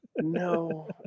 No